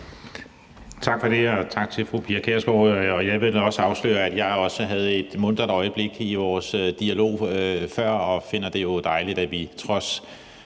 Tak for det, og tak til fru Pia Kjærsgaard. Jeg vil da også afsløre, at jeg også havde et muntert øjeblik i vores dialog før, og finder det jo dejligt, at vi trods